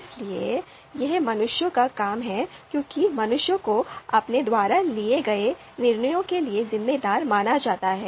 इसलिए यह मनुष्यों का काम है क्योंकि मनुष्य को अपने द्वारा लिए गए निर्णयों के लिए जिम्मेदार माना जाता है